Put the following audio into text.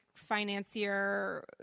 Financier